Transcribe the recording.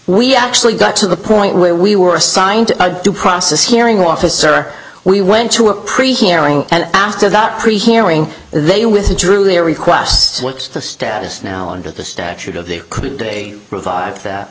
we actually got to the point where we were assigned a due process hearing officer we went to a pre hearing and after that pre hearing they withdrew their requests what's the status now under the statute of the could be revived